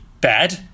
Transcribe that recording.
bad